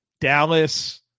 Dallas